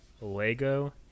Lego